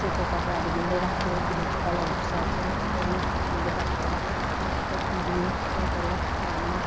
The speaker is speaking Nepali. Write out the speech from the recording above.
सेतो कपडाहरू भिन्दै राख्यो किनकि कलरहरू सर्छ अरू भिन्दै बकेटमा राख्यो त्यहाँदेखि धोयो त्यहाँदेखि त्यसलाई घाममा